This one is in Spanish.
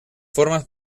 formas